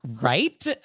Right